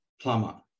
plumber